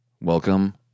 Welcome